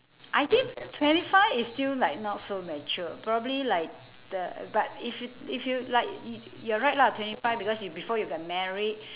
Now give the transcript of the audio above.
I think twenty five is still like not so mature probably like the but if you if you like you're right lah twenty five because you before you got married